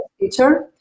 teacher